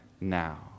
now